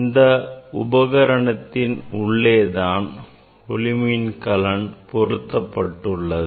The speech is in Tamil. இந்த உபகரணத்தின் உள்ளே தான் ஒளிமின்கலன் பொருத்தப்பட்டுள்ளது